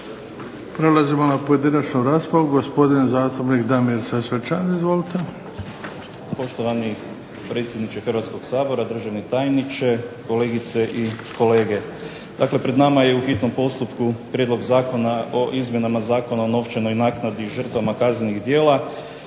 Prelazimo na pojedinačnu raspravu. Gospodin zastupnik Damir Sesvečan. Izvolite. **Sesvečan, Damir (HDZ)** Poštovani predsjedniče Hrvatskog sabora, državni tajniče, kolegice i kolege. Dakle pred nama je u hitnom postupku prijedlog Zakona o izmjenama Zakona o novčanoj naknadi i žrtvama kaznenih djela,